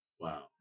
Wow